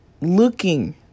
Looking